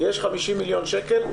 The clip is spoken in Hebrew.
יש 50 מיליון שקל,